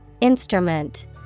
Instrument